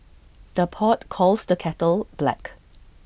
the pot calls the kettle black